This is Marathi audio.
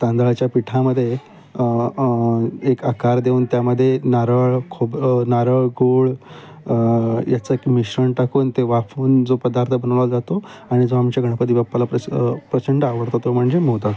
तांदळाच्या पिठामदे एक आकार देऊन त्यामदे नारळ खोब नारळ गोळ याचं एक मिश्रण टाकून ते वाफवून जो पदार्थ बनवला जातो आणि जो आमच्या गणपती बाप्पाला प्रच प्रचंड आवडतो तो म्हणजे मोद